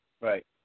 right